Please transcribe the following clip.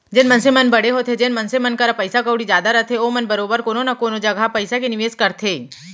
जेन मनसे मन बड़े होथे जेन मनसे करा पइसा कउड़ी जादा रथे ओमन बरोबर कोनो न कोनो जघा पइसा के निवेस करथे